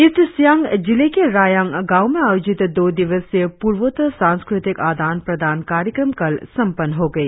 east Siang जिले के रायांग गांव में आयोजित दो दिवसीय पूर्वोत्तर सांस्कृतिक आदान प्रदान कार्यक्रम कल संपन्न हो गई